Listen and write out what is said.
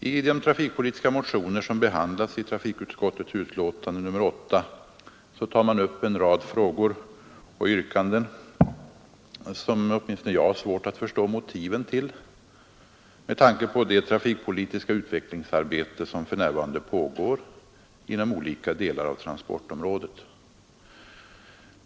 I de trafikpolitiska motioner som behandlats i trafikutskottets betänkande nr 8 tar man upp en rad frågor och yrkanden, vilkas motiv åtminstone jag har svårt att förstå med tanke på det trafikpolitiska utvecklingsarbete som för närvarande pågår inom olika delar av transportområdet.